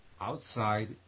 outside